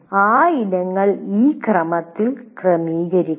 ആ ഇനങ്ങൾ ഈ ക്രമത്തിൽ ക്രമീകരിക്കുക